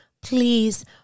please